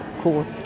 cool